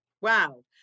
wow